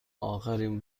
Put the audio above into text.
آخرین